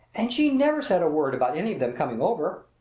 and she never said a word about any of them coming over.